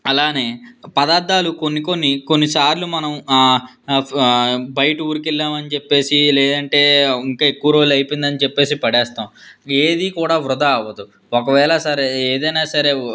అలానే పదార్ధాలు కొన్ని కొన్ని కొన్నిసార్లు మనం బయట ఊరికెల్లాం అని చెప్పేసి లేదంటే ఇంకా ఎక్కువ రోజులు అయిపోయింది అని చెప్పేసి పడేస్తాం ఏదీ కూడా వృధా అవ్వదు ఒకవేళ సరే ఏదైనా సరే వ్ ఆ